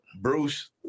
Bruce